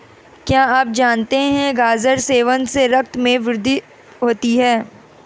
क्या आप जानते है गाजर सेवन से रक्त में वृद्धि होती है?